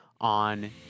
on